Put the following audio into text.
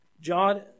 John